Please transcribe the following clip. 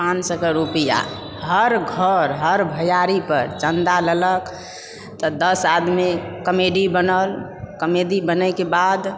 पाँच सए कऽ रुपैआ हर घर हर भैआरी पर चन्दा लेलक तऽ दश आदमी कमेटी बनल कमेटी बनाएके बाद